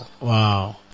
Wow